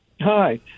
Hi